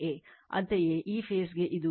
ಅಂತೆಯೇ ಈ ಫೇಸ್ ಗೆ ಇದು V BN Ibಆಗಿರುತ್ತದೆ